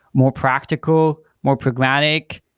more practical, more pragmatic,